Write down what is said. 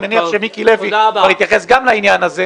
אני מניח שמיקי לוי יתייחס גם לעניין הזה,